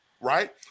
right